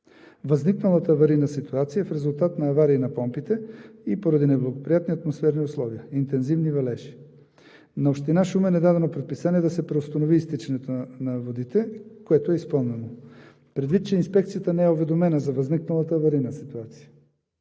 Възникналата аварийна ситуация е в резултат на авария на помпите и неблагоприятни атмосферни условия – интензивни валежи. На Община Шумен е дадено предписание да се преустанови изтичането на водите, което е изпълнено. Предвид, че Инспекцията не е уведомена за възникналата аварийна ситуация